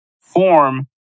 form